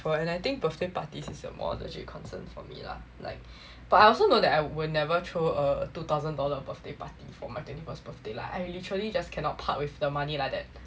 and I think birthday parties is a more legit concern for me lah like but I also know that I will never throw a two thousand dollar birthday party for my twenty first birthday lah and I literally just cannot part with the money like that